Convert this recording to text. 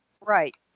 Right